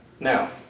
Now